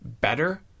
better